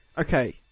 okay